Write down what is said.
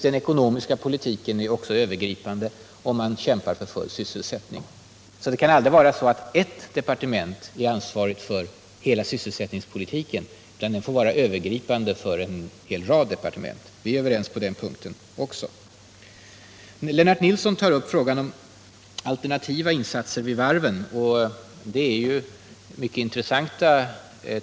Den ekonomiska politiken är naturligtvis också övergripande, om man kämpar för full sysselsättning. Det kan därför aldrig vara så att ett departement är ansvarigt för hela sysselsättningspolitiken, utan den får vara övergripande för en hel rad departement. Lennart Nilsson och Märta Fredrikson tog upp frågan om alternativa insatser vid varven, och det är ju mycket intressant.